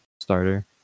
starter